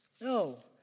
No